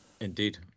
Indeed